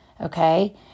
Okay